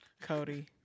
Cody